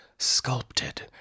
Sculpted